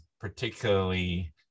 particularly